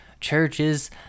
churches